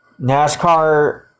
NASCAR